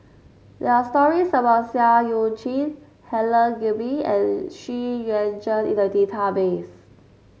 there are stories about Seah Eu Chin Helen Gilbey and Xu Yuan Zhen in the database